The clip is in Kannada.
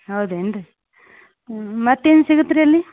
ಹೌದೇನ್ರಿ ಮತ್ತೇನು ಸಿಗುತ್ರಿ ಅಲ್ಲಿ